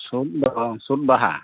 ᱥᱩᱫ ᱫᱚ ᱥᱩᱫ ᱵᱟᱦᱟ